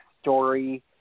story